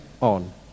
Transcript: on